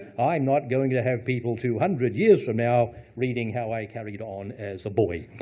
i am not going to have people two hundred years from now reading how i carried on as a boy.